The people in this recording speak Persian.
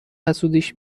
حسودیش